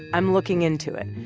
i'm looking into it.